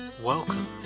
Welcome